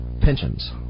pensions